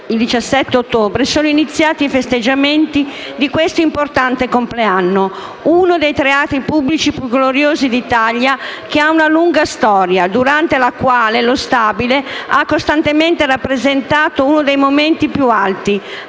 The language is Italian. il 17 ottobre, sono iniziati i festeggiamenti di questo importante compleanno. Uno dei teatri pubblici più gloriosi d'Italia che ha una lunga storia, durante la quale lo Stabile ha costantemente rappresentato uno dei momenti più alti,